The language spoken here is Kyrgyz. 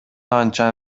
анча